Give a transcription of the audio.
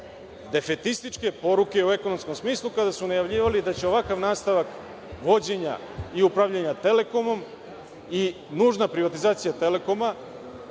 defetističke poruke u ekonomskom smislu kada su najavljivali da će ovakav nastavak vođenja i upravljanja Telekomom i nužna privatizacija Telekoma